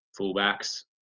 fullbacks